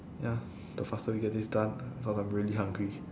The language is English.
ya the faster we get this done cause I'm really hungry